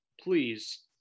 please